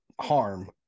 harm